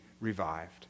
revived